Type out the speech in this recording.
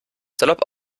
salopp